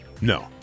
No